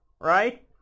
Right